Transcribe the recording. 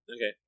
Okay